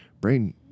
brain